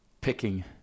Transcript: Picking